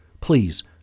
Please